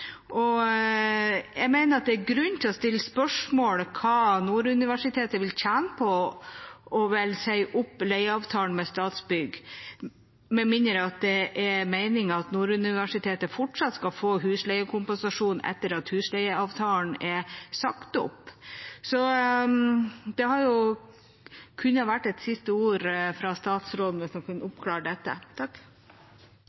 og jeg mener at det er grunn til å stille spørsmål om hva Nord universitet vil tjene på å si opp leieavtalen med Statsbygg, med mindre det er meningen at Nord universitet fortsatt skal få husleiekompensasjon etter at husleieavtalen er sagt opp. Det kunne ha vært fint med et siste ord fra statsråden